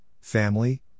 family